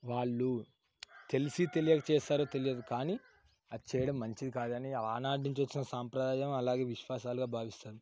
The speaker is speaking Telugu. వాళ్లు తెలిసి తెలియకజేశారో తెలియదు కానీ అది చేయడం మంచిది కాదు అని ఆనాటి నుంచి వచ్చిన సంప్రదాయం అలాగే విశ్వాసాలుగా భావిస్తారు